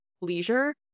leisure